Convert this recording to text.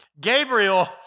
Gabriel